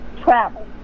travel